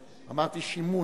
אמרת "שימור".